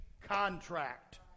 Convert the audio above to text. contract